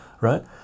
right